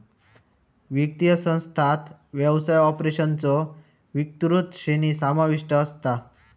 वित्तीय संस्थांत व्यवसाय ऑपरेशन्सचो विस्तृत श्रेणी समाविष्ट असता